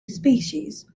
species